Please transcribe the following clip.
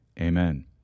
amen